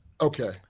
okay